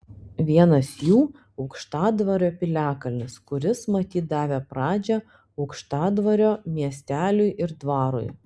vienas jų aukštadvario piliakalnis kuris matyt davė pradžią aukštadvario miesteliui ir dvarui